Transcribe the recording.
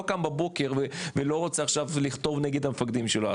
לא קם בבוקר ולא רוצה עכשיו לחתור נגד המפקדים שלו.